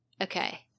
okay